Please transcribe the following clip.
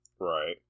Right